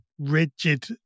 rigid